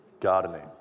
gardening